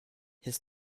his